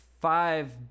five